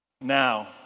Now